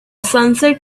sunset